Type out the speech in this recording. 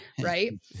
right